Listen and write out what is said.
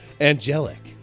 Angelic